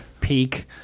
peak